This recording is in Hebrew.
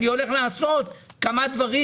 אני הולך לעשות כמה דברים.